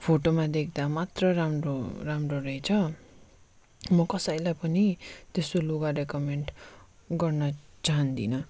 फोटोमा देख्दा मात्र राम्रो राम्रो रहेछ म कसैलाई पनि त्यस्तो लुगा रेकमेन्ड गर्न चाहदिनँ